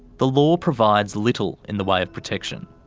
the law provides little in the way of protection.